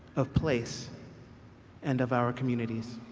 of place and of our communities.